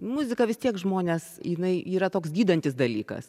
muzika vis tiek žmones jinai yra toks gydantis dalykas